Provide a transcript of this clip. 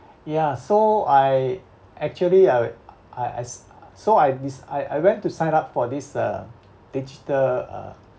ya so I actually I I I as so I dec~ I went to sign up for this uh digital uh